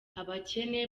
abakene